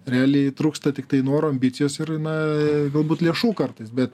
realiai trūksta tiktai noro ambicijos ir na galbūt lėšų kartais bet